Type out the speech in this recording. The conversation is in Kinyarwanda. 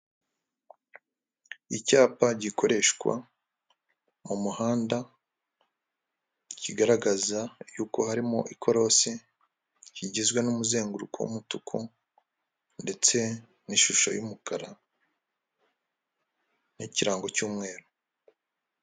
Icyapa gikoreshwa mu muhanda kigaragaza yuko harimo ikorosi, kigizwe n'umuzenguruko w'umutuku ndetse n'ishusho y'umukara, n'ikirango cy'umweru.